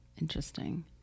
Interesting